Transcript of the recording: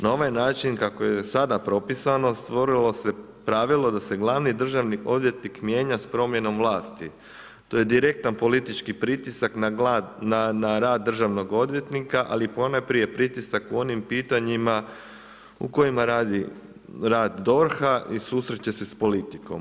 Na ovaj način kako je sada propisano, stvorilo se pravilo da se glavni državni odvjetnik mijenja s promjenom vlasti, to je direktan politički pritisak na rad državnog odvjetnika ali ponajprije pritisak u onim pitanjima u kojima radi rad DORH-a i susreće se s politikom.